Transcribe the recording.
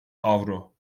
avro